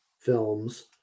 films